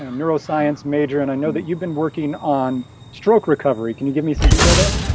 and neuroscience major and i know that you've been working on stroke recovery. can you give me some detail there?